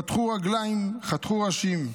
חתכו רגליים, חתכו ראשים.